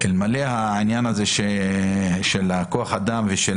אלמלא העניין הזה של כוח אדם ושל